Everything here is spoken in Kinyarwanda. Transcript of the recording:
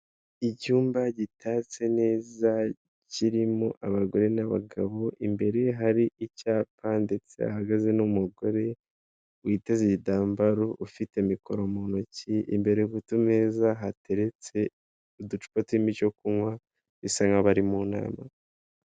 Icyumba gitatse neza kirimo abagore n'abagabo, imbere hari icyapa ndetse hahagaze n'umugore witeze igitambaro ufite mikoro mu ntoki, imbere ku tumeza hateretse uducupa turimo icyo kunywa bisa nk'abari mu nama.